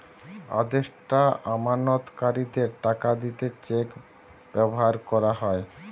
আদেষ্টা আমানতকারীদের টাকা দিতে চেক ব্যাভার কোরা হয়